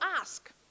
ask